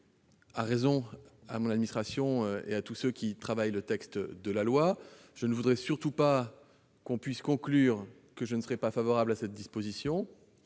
raison -à mon administration et à tous ceux qui ont travaillé sur ce texte. Je ne voudrais surtout pas que l'on puisse conclure que je ne serais pas favorable à cette disposition,